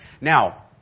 Now